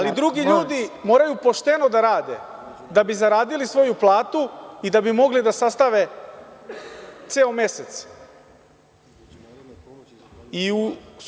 Ali drugi ljudi moraju pošteno da rade, da bi zaradili svoju platu i da bi mogli da sastave ceo mesec.